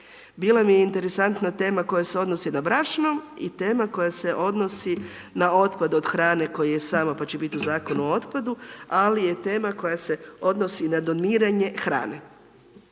bila mi je interesantna tema koja se odnosi na brašno i tema koja se odnosi na otpad od hrane koja je sama pa će biti u Zakonu o otpadu ali je tema koja se odnosi na doniranje hrane.